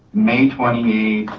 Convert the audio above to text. may twenty